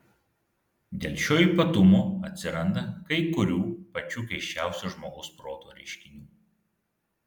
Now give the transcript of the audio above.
dėl šio ypatumo atsiranda kai kurių pačių keisčiausių žmogaus proto reiškinių